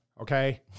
okay